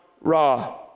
Ra